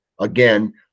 Again